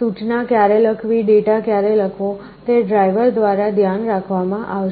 સૂચના ક્યારે લખવી ડેટા ક્યારે લખવો તે ડ્રાઇવર દ્વારા ધ્યાન રાખવામાં આવશે